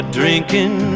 drinking